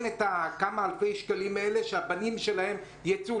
את הכסף הזה כדי שהילדים שלהם ייצאו.